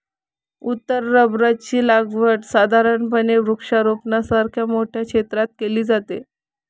उत्तर रबराची लागवड साधारणपणे वृक्षारोपणासारख्या मोठ्या क्षेत्रात केली जाते